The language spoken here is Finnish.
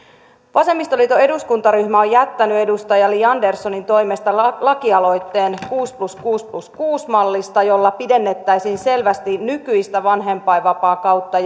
vasemmistoliiton eduskuntaryhmä on on jättänyt edustaja li anderssonin toimesta laki aloitteen kuusi plus kuusi plus kuusi mallista jolla pidennettäisiin selvästi nykyistä vanhempainvapaakautta